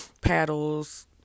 paddles